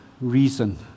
reason